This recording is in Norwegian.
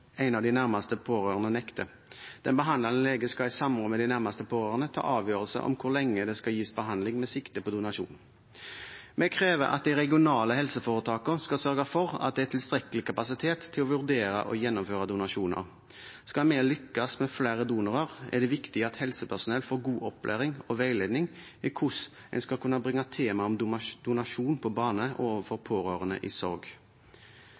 en av de nærmeste pårørende nekter. Den behandlende lege skal i samråd med de nærmeste pårørende ta avgjørelse om hvor lenge det skal gis behandling med sikte på donasjon. Vi krever at de regionale helseforetakene skal sørge for at det er tilstrekkelig kapasitet til å vurdere og gjennomføre donasjoner. Skal vi lykkes med flere donorer, er det viktig at helsepersonell får god opplæring og veiledning i hvordan en skal kunne bringe temaet om donasjon på bane overfor pårørende i sorg.